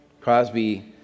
Crosby